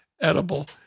edible